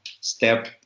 step